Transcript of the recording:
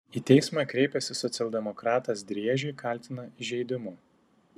į teismą kreipęsis socialdemokratas driežį kaltina įžeidimu